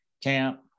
camp